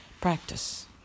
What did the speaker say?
practice